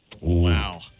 Wow